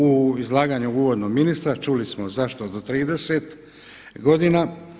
U izlaganju uvodno ministra čuli smo zašto do 30 godina.